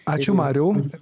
ačiū mariau